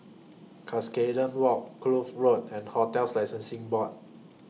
Cuscaden Walk Kloof Road and hotels Licensing Board